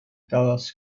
dallas